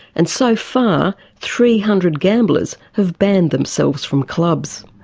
and so far three hundred gamblers have banned themselves from clubs.